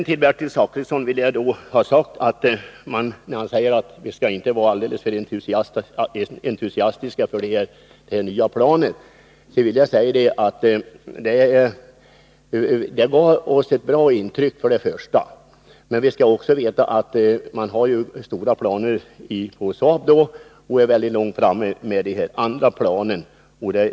Till Bertil Zachrisson, som säger att vi inte skall vara för entusiastiska för det nya planet, vill jag ha sagt att planet först och främst gav oss ett bra intryck. Man skall också veta att det finns stora planer på Saab, som är långt framme med de andra planen.